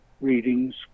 readings